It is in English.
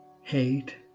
hate